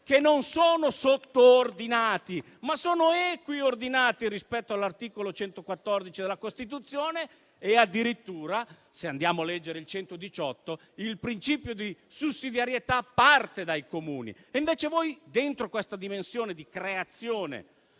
che non sono sottordinati, ma sono equiordinati rispetto all'articolo 114 della Costituzione. E addirittura, leggendo l'articolo 118, si vede che il principio di sussidiarietà parte dai Comuni e invece voi, dentro questa dimensione di creazione